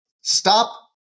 Stop